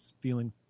Feeling